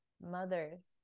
mothers